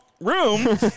room